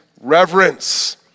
reverence